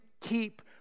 keep